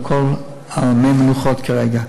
והכול על מי מנוחות כרגע.